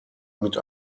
mit